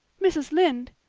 mrs. lynde,